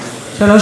דקות.